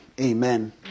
Amen